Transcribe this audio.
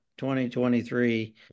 2023